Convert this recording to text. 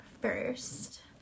first